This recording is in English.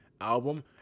Album